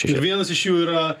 ir vienas iš jų yra